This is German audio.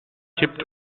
kippt